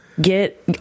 get